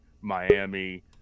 Miami